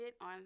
on